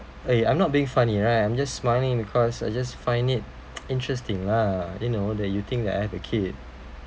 eh I'm not being funny lah I'm just smiling because I just find it interesting lah you know that you think that I have a kid